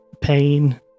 pain